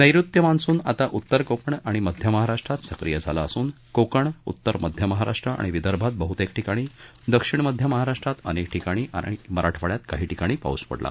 नैऋत्य मान्सून आता उत्तर कोकण आणि मध्य महाराष्ट्र सक्रीय झाला असून कोकण उत्तर मध्य महाराष्ट्र आणि विदर्भात बह्तेक ठिकाणी दक्षिण मध्य महाराष्ट्रात अनेक ठिकाणी आणि मराठवाङ्यात काही ठिकाणी पाऊस पडला